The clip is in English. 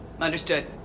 Understood